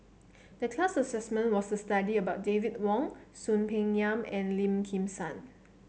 the class assignment was to study about David Wong Soon Peng Yam and Lim Kim San